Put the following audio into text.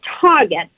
target